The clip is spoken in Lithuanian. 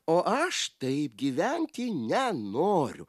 o aš taip gyventi nenoriu